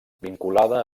vinculada